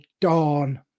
dawn